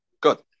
Good